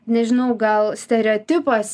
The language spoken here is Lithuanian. nežinau gal stereotipas